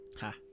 Ha